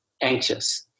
anxious